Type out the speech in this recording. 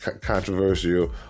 Controversial